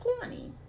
corny